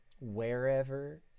wherever